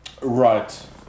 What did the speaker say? Right